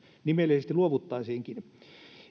nimellisesti luovuttaisiinkin